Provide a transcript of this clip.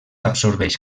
absorbeix